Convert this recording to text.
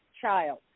child